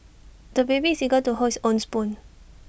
the baby is eager to hold his own spoon